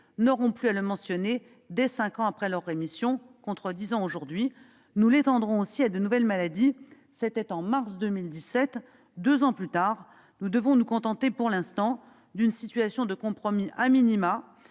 n'auront plus à le mentionner dès cinq ans après leur rémission, contre dix ans aujourd'hui. Nous l'étendrons aussi à de nouvelles maladies. » C'était au mois de mars 2017. Deux ans plus tard, nous devons nous contenter pour l'instant d'une situation de compromis, par